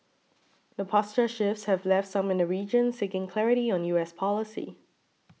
the posture shifts have left some in the region seeking clarity on U S policy